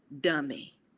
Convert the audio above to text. dummy